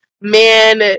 man